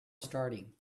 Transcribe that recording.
starting